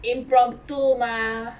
impromptu mah